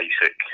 basic